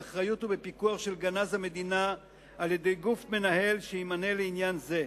באחריות ובפיקוח של גנז המדינה על-ידי גוף מנהל שימנה לעניין זה.